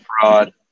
fraud